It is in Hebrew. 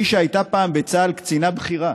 היא, שהייתה פעם בצה"ל קצינה בכירה,